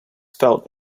felt